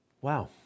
Wow